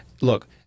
look